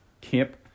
Camp